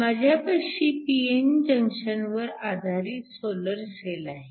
माझ्यापाशी p n junction वर आधारित सोलर सेल आहे